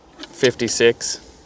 56